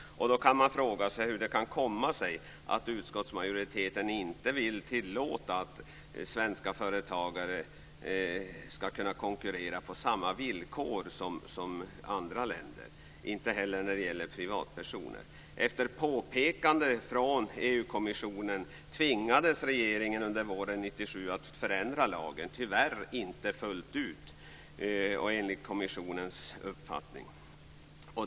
Då kan man fråga sig hur det kan komma sig att utskottsmajoriteten inte vill tillåta att svenska företagare skall kunna konkurrera på samma villkor som företagare i andra länder. Detsamma gäller för privatpersoner. Efter påpekande från EU-kommissionen tvingades regeringen under våren 1997 att förändra lagen, men tyvärr inte fullt ut enligt kommissionens uppfattning.